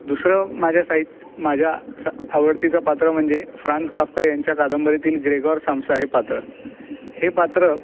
दुसरं माझ्या साहित्या माझ्या आवडतीचं पात्र म्हणजे फ्रान्स काफ्का यांच्या कादंबरीतील ग्रेग्रॉर साम्सा हे पात्र हे पात्र